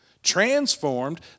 transformed